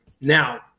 Now